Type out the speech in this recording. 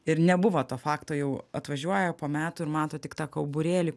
ir nebuvo to fakto jau atvažiuoja po metų ir mato tik tą kauburėlį